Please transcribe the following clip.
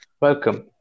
Welcome